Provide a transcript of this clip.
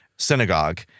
synagogue